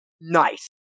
nice